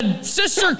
Sister